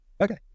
Okay